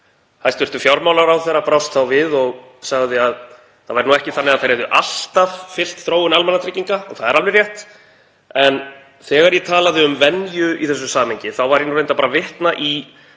Hæstv. fjármálaráðherra brást við og sagði að það væri ekki þannig að þær hefðu alltaf fylgt þróun almannatrygginga og það er alveg rétt. En þegar ég talaði um venju í þessu samhengi var ég reyndar að vitna í